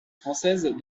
française